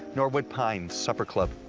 norwood pines supper club.